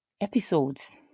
episodes